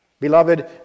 Beloved